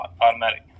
Automatic